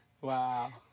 Wow